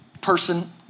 person